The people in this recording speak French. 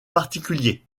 particulier